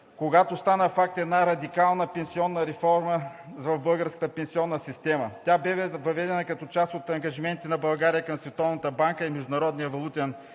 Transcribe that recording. когато стана факт една радикална пенсионна реформа в българската пенсионна система. Тя бе въведена като част от ангажиментите на България към